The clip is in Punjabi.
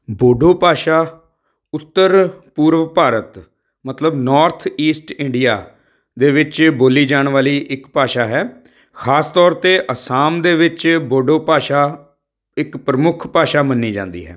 ਬੋਡੋ ਭਾਸ਼ਾ ਉੱਤਰ ਪੂਰਬ ਭਾਰਤ ਮਤਲਬ ਨੌਰਥ ਈਸਟ ਇੰਡੀਆ ਦੇ ਵਿੱਚ ਇ ਬੋਲੀ ਜਾਣ ਵਾਲੀ ਇੱਕ ਭਾਸ਼ਾ ਹੈ ਖ਼ਾਸ ਤੌਰ 'ਤੇ ਅਸਾਮ ਦੇ ਵਿੱਚ ਬੋਡੋ ਭਾਸ਼ਾ ਇੱਕ ਪ੍ਰਮੁੱਖ ਭਾਸ਼ਾ ਮੰਨੀ ਜਾਂਦੀ ਹੈ